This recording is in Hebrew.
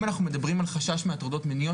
אם אנחנו מדברים על חשש מהטרדות מיניות,